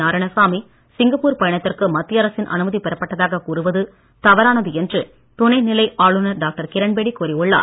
Narayanasamy Singapore பயணத்திற்கு மத்திய அரசின் அனுமதி பெறப்பட்டதாகக் கூறுவது தவறானது என்று துணைநிலை ஆளுநர் டாக்டர் கிரண் பேடி கூறியுள்ளார்